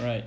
right